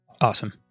Awesome